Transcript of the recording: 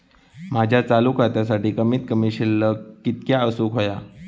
माझ्या चालू खात्यासाठी कमित कमी शिल्लक कितक्या असूक होया?